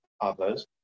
others